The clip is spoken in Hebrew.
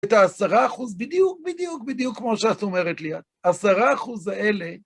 את ה-10 אחוז, בדיוק, בדיוק, בדיוק כמו שאת אומרת לי, 10 אחוז האלה...